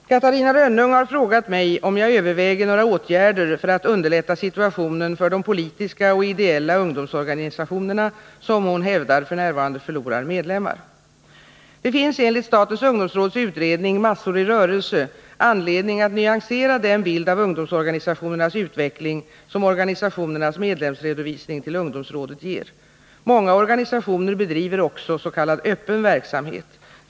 Herr talman! Catarina Rönnung har frågat mig om jag överväger några åtgärder för att underlätta situationen för de politiska och ideella ungdomsorganisationerna som hon hävdar f. n. förlorar medlemmar. Det finns enligt statens ungdomsråds utredning, Massor i rörelse, anledning att nyansera den bild av ungdomsorganisationernas utveckling som organisationernas medlemsredovisning till ungdomsrådet ger. Många organisationer bedriver också s.k. öppen verksamhet.